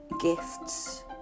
gifts